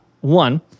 One